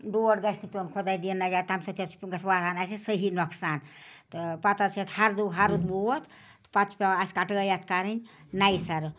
ڈوٹھ گژھِ نہٕ پٮ۪وُن خۄدایہِ دِیِن نجات تٔمۍ سۭتۍ چھِ گژھان اَسہِ صحیح نقصان تہٕ پتہٕ حظ چھِ اَتھ ہَرٕدٕ ہرُد ووت پتہٕ چھِ پٮ۪وان اَسہِ کَڑٲیۍ اَتھ کَرٕنۍ نَیہِ سَرٕ